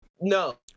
no